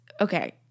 okay